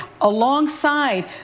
alongside